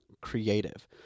creative